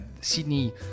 Sydney